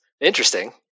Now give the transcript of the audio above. interesting